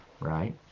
right